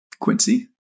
Quincy